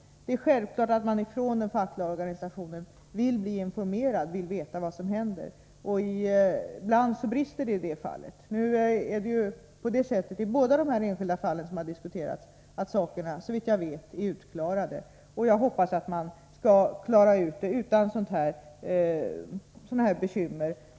Det är självklart att den fackliga organisationen vill bli informerad, så att man får veta vad som händer. Ibland brister det i informationen. Nu är det, såvitt jag vet, så i de två enskilda fall som har diskuterats att saken är avklarad. Jag hoppas att man skall kunna klara ut sådana här situationer utan bekymmer.